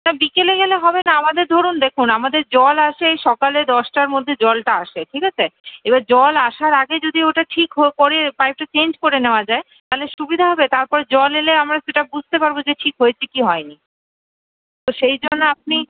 বিকেলে গেলে হবেনা আমাদের ধরুন দেখুন আমাদের জল আসে সকালে দশটার মধ্যে সকালে জলটা আসে ঠিক আছে এবার জল আসার আগে যদি ওটা ঠিক হোক করে পাইপটা চেঞ্জ করে নেওয়া যায় তাহলে সুবিধা হবে তারপর জল এলে আমরা সেটা বুঝতে পারবো যে ঠিক হয়েছে কি হয়নি তো সেই জন্য আপনি